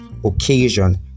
occasion